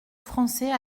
français